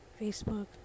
Facebook